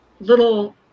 little